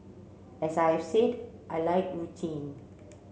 as I have said I like routine